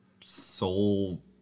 soul